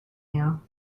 you